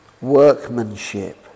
workmanship